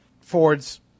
Ford's